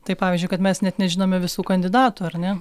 tai pavyzdžiui kad mes net nežinome visų kandidatų ar ne